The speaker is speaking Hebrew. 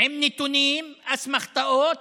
עם נתונים, אסמכתאות.